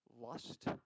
lust